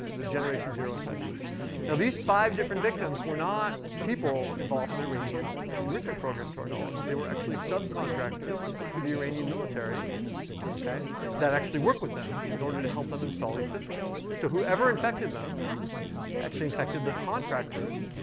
the generation zero infections. now these five different victims were not people involved in the iranian enrichment program to our knowledge. they were actually subcontractors to the iranian military that actually worked with them in order to help them install these systems. so whoever infected them actually infected the contractors,